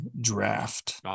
draft